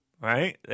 Right